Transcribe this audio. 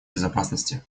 безопасности